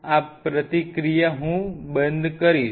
આ ક્રિયાપ્રતિક્રિયા હું અહીં બંધ કરીશ